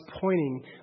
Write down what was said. pointing